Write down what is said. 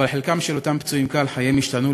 אבל חלק מאותם פצועים קל חייהם השתנו,